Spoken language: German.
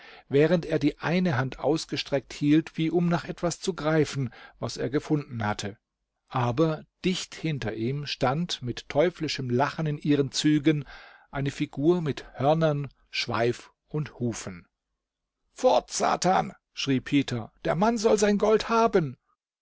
während er die eine hand ausgestreckt hielt wie um nach etwas zu greifen was er gefunden hatte aber dicht hinter ihm stand mit teuflischem lachen in ihren zügen eine figur mit hörnern schweif und hufen fort satan schrie peter der mann soll sein gold haben